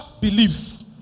believes